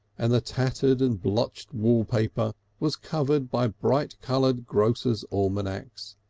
and the tattered and blotched wallpaper was covered by bright-coloured grocers' almanacs.